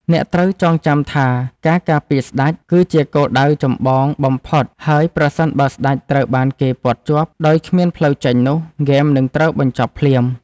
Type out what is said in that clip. អ្នកត្រូវចងចាំថាការការពារស្តេច គឺជាគោលដៅចម្បងបំផុតហើយប្រសិនបើស្តេចត្រូវបានគេព័ទ្ធជាប់ដោយគ្មានផ្លូវចេញនោះហ្គេមនឹងត្រូវបញ្ចប់ភ្លាម។